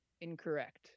incorrect